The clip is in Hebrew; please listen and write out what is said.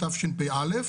בתשפ"א,